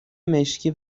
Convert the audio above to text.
مشکی